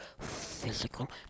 physical